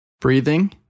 Breathing